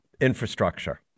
infrastructure